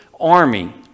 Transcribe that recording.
army